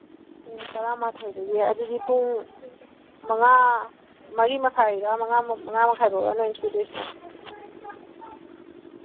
ꯇꯔꯥꯃꯥꯊꯣꯏꯗꯒꯤ ꯑꯗꯨꯗꯤ ꯄꯨꯡ ꯃꯉꯥ ꯃꯔꯤ ꯃꯈꯥꯏꯔꯥ ꯃꯉꯥ ꯃꯈꯥꯏꯐꯥꯎꯕꯔꯥ ꯅꯈꯣꯏꯅ ꯁꯨꯒꯗꯣꯏꯁꯤ